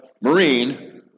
marine